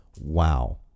Wow